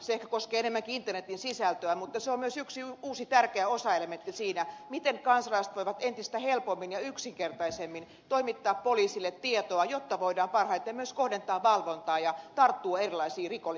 se ehkä koskee enemmänkin internetin sisältöä mutta se on myös yksi uusi tärkeä osaelementti siinä miten kansalaiset voivat entistä helpommin ja yksinkertaisemmin toimittaa poliisille tietoa jotta voidaan parhaiten myös kohdentaa valvontaa ja tarttua erilaisiin rikollisiin toimiin